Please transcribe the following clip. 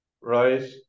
Right